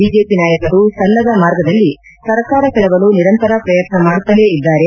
BJP ನಾಯಕರು ಸಲ್ಲದ ಮಾರ್ಗದಲ್ಲಿ ಸರ್ಕಾರ ಕೆಡವಲು ನಿರಂತರ ಪ್ರಯತ್ನ ಮಾಡುತ್ತಲ್ಲೇ ಇದ್ದಾರೆ